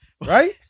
Right